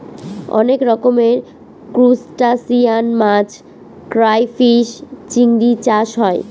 অনেক রকমের ত্রুসটাসিয়ান মাছ ক্রাইফিষ, চিংড়ি চাষ হয়